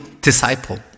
disciple